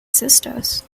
sisters